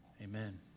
Amen